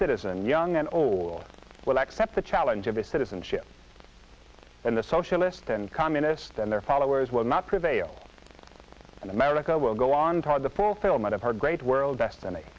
citizen young and old will accept the challenge of his citizenship and the socialist and communist and their followers will not prevail and america will go on toward the fulfillment of our great world destiny